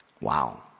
Wow